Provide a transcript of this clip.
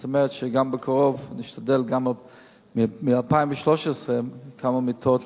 זאת אומרת שבקרוב גם כמה מיטות,